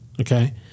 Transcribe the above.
Okay